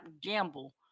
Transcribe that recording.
gamble